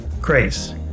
grace